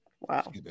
Wow